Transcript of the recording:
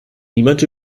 niemand